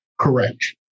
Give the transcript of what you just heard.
Correct